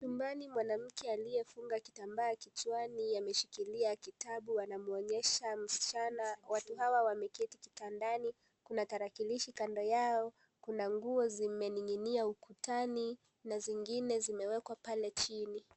Chumbani mwanamke aliyefunga kitambaa kichwani ameshikilia kitabu anamwonyesha msichana, watu hawa wameketi kitandani, kuna tarakilishi kando yao, kuna nguo zimeninginia ukutani na zingine zimewekwa pale chini.